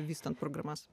vystant programas